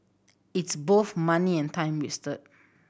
it's both money and time wasted